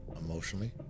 emotionally